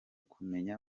kumenya